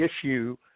issue